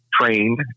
trained